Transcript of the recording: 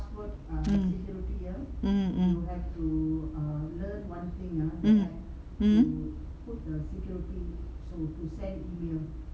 mm mm mm mm mmhmm